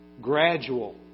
gradual